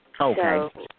Okay